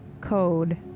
code